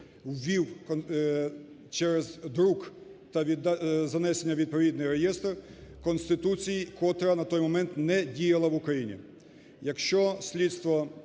ввів через друк та занесення в відповідний реєстр Конституції, котра на той момент не діяла в Україні.